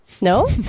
No